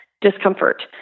discomfort